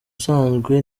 usanzwe